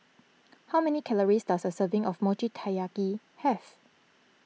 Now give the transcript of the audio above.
how many calories does a serving of Mochi Taiyaki have